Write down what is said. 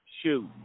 shoot